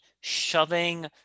shoving